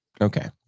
Okay